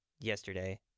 yesterday